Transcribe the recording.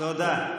תודה.